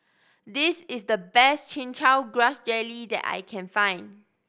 this is the best Chin Chow Grass Jelly that I can find